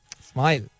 Smile